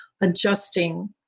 adjusting